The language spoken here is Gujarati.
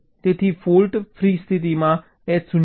તેથી ફોલ્ટ ફ્રી સ્થિતિમાં H 0 હશે